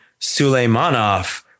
Suleimanov